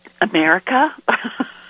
America